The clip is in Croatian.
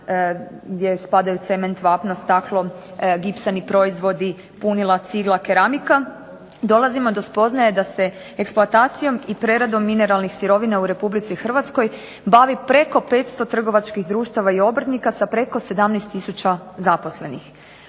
gdje spadaju cement, vapno, staklo, gipsani proizvodi, punila cigla, keramika, dolazimo do spoznaje da se eksploatacijom i preradom mineralnih sirovina u RH bavi preko 500 trgovačkih društava i obrtnika sa preko 17 tisuća zaposlenih.